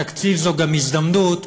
תקציב הוא גם הזדמנות,